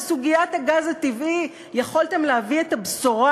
בסוגיית הגז הטבעי יכולתם להביא את הבשורה.